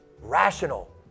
rational